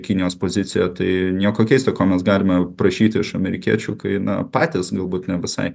kinijos pozicija tai nieko keisto ko mes galime prašyti iš amerikiečių kai na patys galbūt ne visai